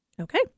Okay